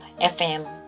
FM